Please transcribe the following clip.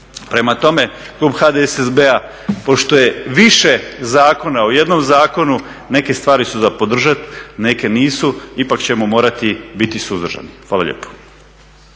Prema tome, klub HDSSB-a pošto je više zakona u jednom zakonu neke stvari su za podržat, neke nisu. Ipak ćemo morati biti suzdržani. Hvala lijepo.